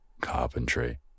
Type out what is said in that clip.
Carpentry